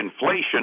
inflation